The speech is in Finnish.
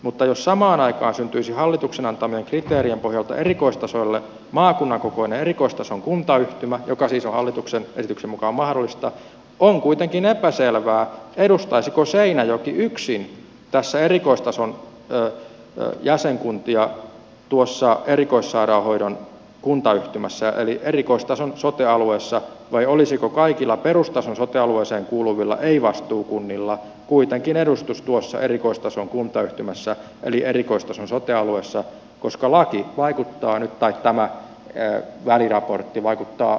mutta jos samaan aikaan syntyisi hallituksen antamien kriteerien pohjalta maakunnan kokoinen erikoistason kuntayhtymä mikä siis on hallituksen esityksen mukaan mahdollista on kuitenkin epäselvää edustaisiko seinäjoki yksin erikoistason jäsenkuntia tuossa erikoissairaanhoidon kuntayhtymässä eli erikoistason sote alueessa vai olisiko kaikilla perustason sote alueeseen kuuluvilla ei vastuukunnilla kuitenkin edustus tuossa erikoistason kuntayhtymässä eli erikoistason sote alueessa koska tämä väliraportti vaikuttaa tulkinnanvaraiselta